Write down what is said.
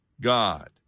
God